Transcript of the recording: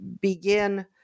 begin